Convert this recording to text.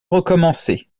recommencer